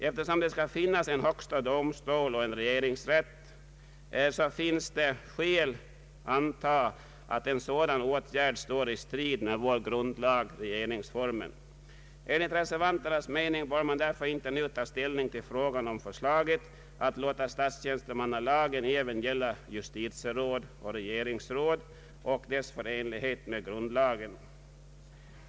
Eftersom det skall finnas en högsta domstol och en regeringsrätt, är det skäl anta att en sådan åtgärd står i strid med vår grundlag, regeringsformen. Enligt reservanternas mening bör man därför inte nu ta ställning till frågan om förslaget att låta statstjänstemannalagen gälla även justitieråd och regeringsråd och dess förenlighet med grundlagen.